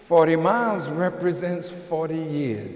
forty miles represents forty years